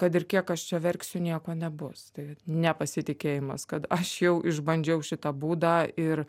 kad ir kiek aš čia verksiu nieko nebus tai nepasitikėjimas kad aš jau išbandžiau šitą būdą ir